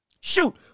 Shoot